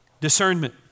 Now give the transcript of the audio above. discernment